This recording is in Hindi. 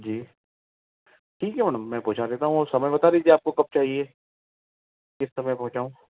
जी ठीक है मैडम मैं पहुँचा देता हूँ और समय बता दीजिए आपको कब चाहिए किस समय पहुंचाऊं